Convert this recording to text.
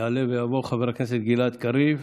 יעלה ויבוא חבר הכנסת גלעד קריב,